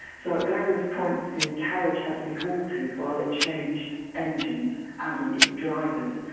so at various points the carriage had to be halted while it changed engines and and drivers.